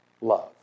love